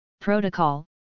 Protocol